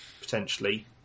potentially